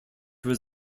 was